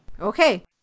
Okay